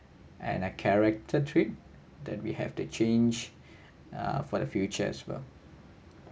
and uh character trait that we have to change uh for the future as well